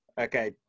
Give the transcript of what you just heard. Okay